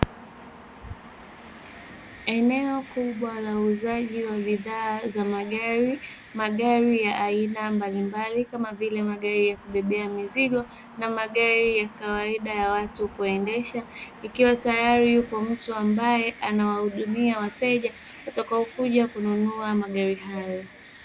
Eneo kubwa la uuzaji wa bidhaa za magari, magari ya aina mbalimbali kama vile magari ya kubebea mizigo na magari ya kawaida ya watu kuendesha. Ikiwa tayari yupo mtu ambaye anawahudumia wateja watakaokuja kununua magari hayo.